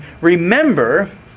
remember